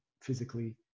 physically